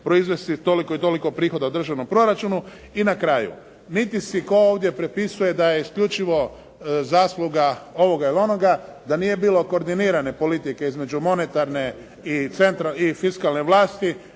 proizvesti toliko i toliko prihoda u državnom proračunu. I na kraju, niti si tko ovdje pripisuje da je isključivo zasluga ovoga ili onoga, da nije bilo koordinirane politike između monetarne i fiskalne vlasti,